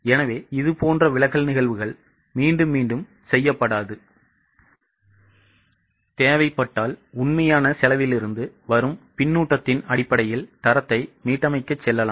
எனவே இதுபோன்ற விலகல் நிகழ்வுகள் மீண்டும் மீண்டும் செய்யப்படாது தேவைப்பட்டால் உண்மையான செலவிலிருந்து வரும் பின்னூட்டத்தின் அடிப்படையில் தரத்தை மீட்டமைக்க செல்லலாம்